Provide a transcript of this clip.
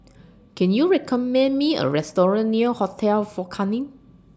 Can YOU recommend Me A Restaurant near Hotel Fort Canning